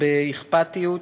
ובאכפתיות,